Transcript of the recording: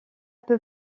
peu